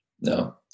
No